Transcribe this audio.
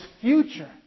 future